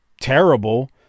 terrible